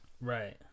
Right